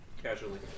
Casually